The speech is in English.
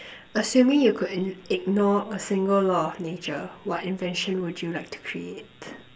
assuming you could ig~ ignore a single law of nature what invention would you like to create